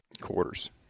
quarters